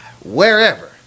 wherever